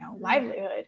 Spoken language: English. livelihood